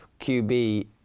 QB